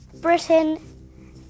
Britain